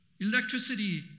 electricity